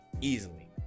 easily